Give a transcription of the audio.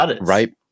right